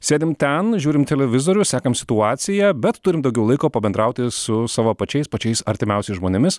sėdim ten žiūrim televizorių sekam situaciją bet turim daugiau laiko pabendrauti su savo pačiais pačiais artimiausiais žmonėmis